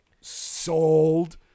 sold